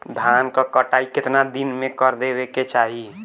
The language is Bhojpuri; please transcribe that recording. धान क कटाई केतना दिन में कर देवें कि चाही?